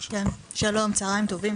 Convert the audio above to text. שלום, צוהריים טובים.